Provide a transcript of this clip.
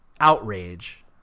outrage